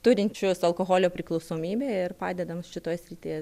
turinčius alkoholio priklausomybę ir padedam šitoje srityje